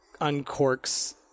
uncorks